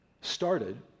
started